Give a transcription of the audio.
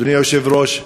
אדוני היושב-ראש,